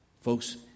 Folks